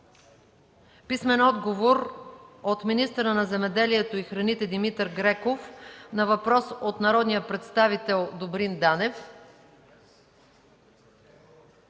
Абу Мелих; - министъра на земеделието и храните Димитър Греков на въпрос от народния представител Добрин Данев;